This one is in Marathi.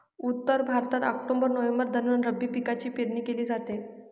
उत्तर भारतात ऑक्टोबर नोव्हेंबर दरम्यान रब्बी पिकांची पेरणी केली जाते